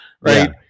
right